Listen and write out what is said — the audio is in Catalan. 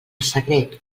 secret